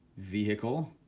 vehicle,